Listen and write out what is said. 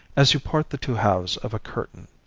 as you part the two halves of a curtain,